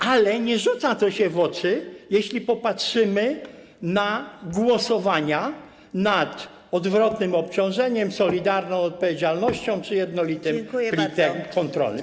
ale nie rzuca się to w oczy, jeśli popatrzymy na głosowania nad odwrotnym obciążeniem, solidarną odpowiedzialnością czy jednolitym plikiem kontrolnym.